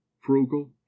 frugal